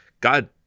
god